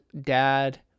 dad